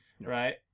right